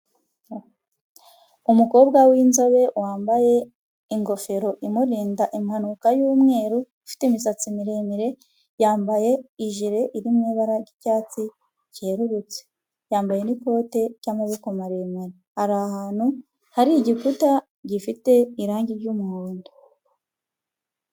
Umukobwa w'inzobe wambaye ingofero imurinda impanuka y'umweru, ufite imisatsi miremire, yambaye ijire iri mu ibara ry'icyatsi cyerurutse. Yambaye n'ikote ry'amaboko maremare. Ari ahantu hari igikuta gifite irangi ry'umuhondo.